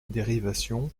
dérivation